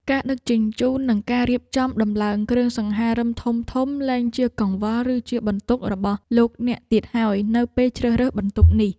ការដឹកជញ្ជូននិងការរៀបចំដំឡើងគ្រឿងសង្ហារិមធំៗលែងជាកង្វល់ ឬជាបន្ទុករបស់លោកអ្នកទៀតហើយនៅពេលជ្រើសរើសបន្ទប់នេះ។